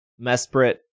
Mesprit